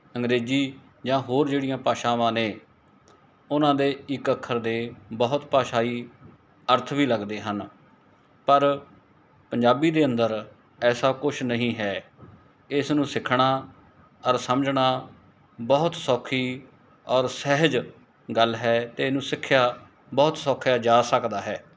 ਅੰਗਰੇਜ਼ੀ ਜਾਂ ਹੋਰ ਜਿਹੜੀਆਂ ਭਾਸ਼ਾਵਾਂ ਨੇ ਉਹਨਾਂ ਦੇ ਇੱਕ ਅੱਖਰ ਦੇ ਬਹੁਤ ਭਾਸ਼ਾਈ ਅਰਥ ਵੀ ਲੱਗਦੇ ਹਨ ਪਰ ਪੰਜਾਬੀ ਦੇ ਅੰਦਰ ਐਸਾ ਕੁਛ ਨਹੀਂ ਹੈ ਇਸ ਨੂੰ ਸਿੱਖਣਾ ਔਰ ਸਮਝਣਾ ਬਹੁਤ ਸੌਖੀ ਔਰ ਸਹਿਜ ਗੱਲ ਹੈ ਅਤੇ ਇਹਨੂੰ ਸਿੱਖਿਆ ਬਹੁਤ ਸੌਖਿਆ ਜਾ ਸਕਦਾ ਹੈ